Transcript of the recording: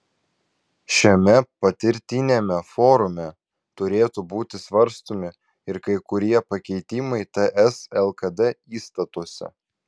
šiame partiniame forume turėtų būti svarstomi ir kai kurie pakeitimai ts lkd įstatuose